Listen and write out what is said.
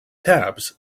tabs